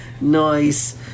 Nice